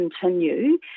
continue